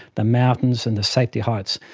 the mountains and the safety heights.